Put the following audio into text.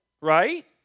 Right